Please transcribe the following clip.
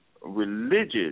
religious